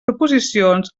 proposicions